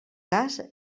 cas